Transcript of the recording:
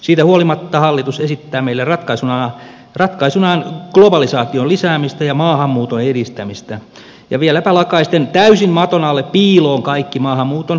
siitä huolimatta hallitus esittää meille ratkaisunaan globalisaation lisäämistä ja maahanmuuton edistämistä ja vieläpä lakaisten täysin maton alle piiloon kaikki maahanmuuton ongelmapisteet